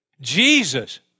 Jesus